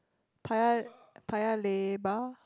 Paya Paya-Lebar